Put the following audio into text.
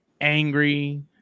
angry